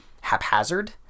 haphazard